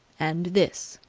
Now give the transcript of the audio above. and this.